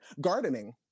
Gardening